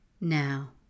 Now